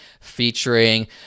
featuring